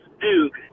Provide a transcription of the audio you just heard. Duke